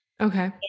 Okay